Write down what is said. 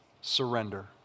surrender